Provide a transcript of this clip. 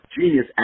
genius